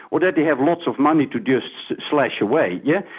or that they have lots of money to just slash away, yeah?